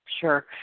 sure